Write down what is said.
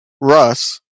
Russ